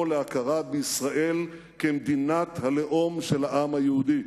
להכרה בישראל כמדינת הלאום של העם היהודי.